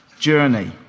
journey